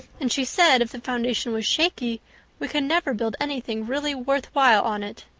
and she said if the foundation was shaky we could never build anything really worth while on it.